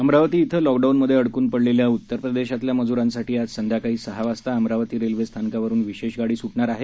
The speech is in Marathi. अमरावती इथं लॉकडाऊनमधे अडकून पडलेल्या उत्तर प्रदेशातल्या मजुरांसाठी आज संध्याकाळी सहा वाजता अमरावती रेल्वे स्थानकावरून विशेष गाडी सुटणार आहे